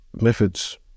methods